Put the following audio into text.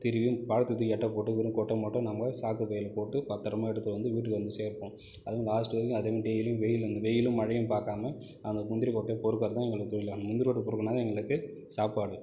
திரும்பியும் பழத்தை தூக்கி எட்ட போட்டு கொட்டை மட்டும் நம்ம சாக்கு பையில் போட்டு பத்திரமா எடுத்துகிட்டு வந்து வீட்டுக்கு வந்து சேர்ப்போம் அதுவும் லாஸ்ட் வரைக்கும் அதே மாதிரி டெய்லியும் வெயில் அந்த வெயிலும் மழையும் பார்க்காம அந்த முந்திரி கொட்டை பொறுக்கிறது தான் எங்களுக்கு தொழில் அந்த முந்திரி கொட்டை பொறுக்கினா தான் எங்களுக்கு சாப்பாடு